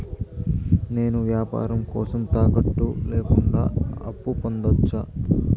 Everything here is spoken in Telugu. నేను వ్యాపారం కోసం తాకట్టు లేకుండా అప్పు పొందొచ్చా?